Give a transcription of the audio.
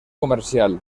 comercial